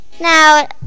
Now